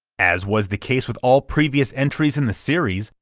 as was the case with all previous entries in the series,